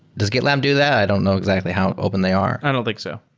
does gitlab do that? i don't know exactly how open they are. i don't think so.